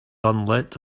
unlit